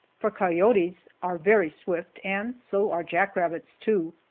for coyotes are very swift, and so are jack-rabbits, too,